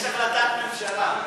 יש החלטת ממשלה,